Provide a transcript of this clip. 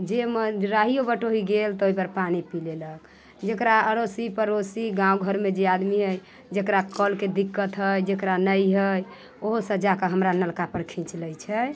जे मन राहियो बटोही गेल तऽ ओइपर पानि पी लेलक जकरा अड़ोसी पड़ोसी गाँव घरमे जे आदमी हय जकरा कलके दिक्कत हय जकरा नहि हय उहो सब जाके हमरा नलकापर खीञ्च लै छै